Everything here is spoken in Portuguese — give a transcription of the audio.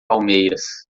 palmeiras